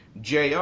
jr